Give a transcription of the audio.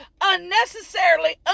unnecessarily